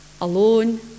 alone